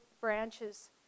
branches